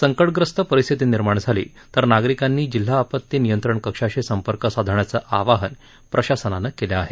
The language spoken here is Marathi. संकटग्रस्त परिस्थिती निर्माण झाल्यास नागरिकांनी जिल्हा आपती नियंत्रण कक्षाशी संपर्क साधण्याचं आवाहन प्रशासनाकडून करण्यात आलं आहे